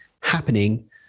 happening